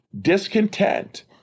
Discontent